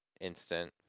instant